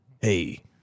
Hey